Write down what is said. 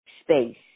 space